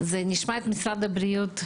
נשמע את משרד הבריאות,